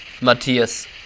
Matthias